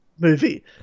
movie